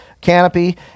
canopy